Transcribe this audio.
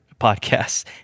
podcasts